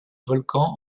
volcans